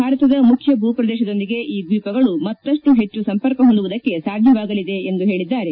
ಭಾರತದ ಮುಖ್ಯ ಭೂಪ್ರದೇಶದೊಂದಿಗೆ ಈ ದ್ಲೀಪಗಳು ಮತ್ತಷ್ಟು ಹೆಚ್ಚು ಸಂಪರ್ಕ ಹೊಂದುವುದಕ್ಕೆ ಸಾಧ್ಯವಾಗಲಿದೆ ಎಂದು ಹೇಳಿದ್ದಾರೆ